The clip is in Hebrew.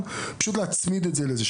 בגיל שמונה את הנושא הזה.